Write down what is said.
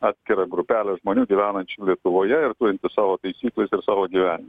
atskira grupelė žmonių gyvenančių lietuvoje ir turinčių savo taisykles ir savo gyvenimą